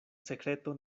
sekreto